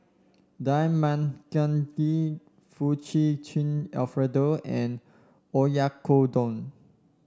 Dal Makhani Fettuccine Alfredo and Oyakodon